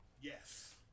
Yes